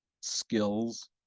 skills